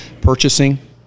purchasing